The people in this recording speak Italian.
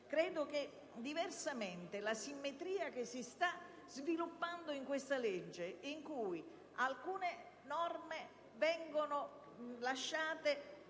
forense. Diversamente, l'asimmetria che si sta sviluppando in questa legge, in cui alcune normative vengono lasciate